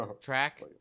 track